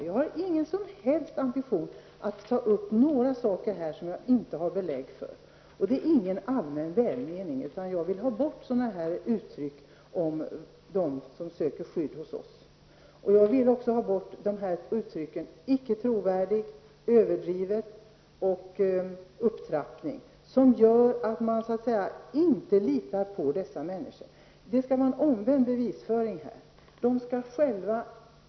Jag har ingen som helst ambition att ta upp några saker här som jag inte har belägg för, och det är inte fråga om någon allmän välmening, utan jag vill ha bort sådana uttryck om dem som söker skydd i Sverige. Jag vill också ha bort uttrycken icke trovärdig, överdrivet och upptrappning, som gör att man så att säga inte litar på dessa människor. Jag anser att det skall vara en omvänd bevisföring i detta sammanhang.